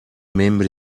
membri